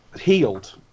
healed